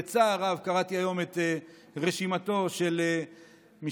בצער רב קראתי היום את רשימתו של המשנה